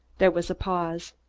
there was a pause.